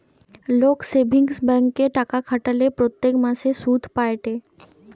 লোক সেভিংস ব্যাঙ্কে টাকা খাটালে প্রত্যেক মাসে সুধ পায়েটে